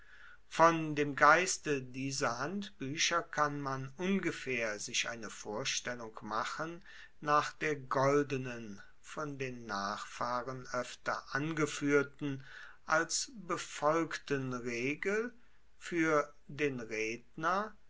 von dem geiste dieser handbuecher kann man ungefaehr sich eine vorstellung machen nach der goldenen von den nachfahren oefter angefuehrten als befolgten regel fuer den redner